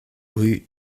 rue